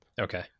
Okay